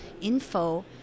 info